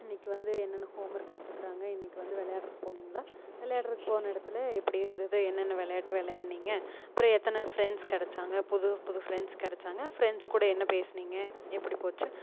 இன்னைக்கு வந்து என்னென்ன ஹோம் ஒர்க் கொடுத்துருக்குறாங்க இன்னைக்கு வந்து விளையாடுறக்கு போனீங்களா விளையாட்றதுக்கு போன இடத்துல எப்படி இருந்துது என்னென்ன விளையாட்டு விளையாண்டீங்க அப்புறோம் எத்தனை ஃப்ரெண்ட்ஸ் கிடச்சாங்க புது புது ஃப்ரெண்ட்ஸ் கிடைச்சாங்க ஃப்ரெண்ட்ஸ் கூட என்ன பேசுனீங்க எப்படி போச்சு